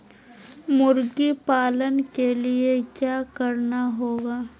मुर्गी पालन के लिए क्या करना होगा?